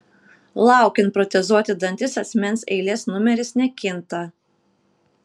laukiant protezuoti dantis asmens eilės numeris nekinta